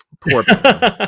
poor